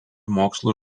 mokslo